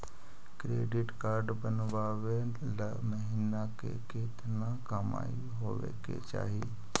Credit card बनबाबे ल महीना के केतना कमाइ होबे के चाही?